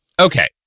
Okay